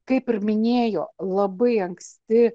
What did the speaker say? kaip ir minėjo labai anksti